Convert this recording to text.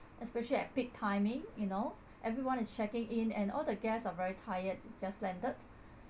especially at peak timing you know everyone is checking in and all the guests are very tired just landed